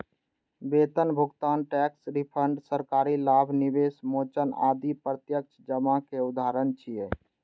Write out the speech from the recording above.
वेतन भुगतान, tax refund, सरकारी लाभ, निवेश मोचन आदि प्रत्यक्ष जमा के उदाहरण छियै